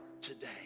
today